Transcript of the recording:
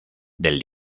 del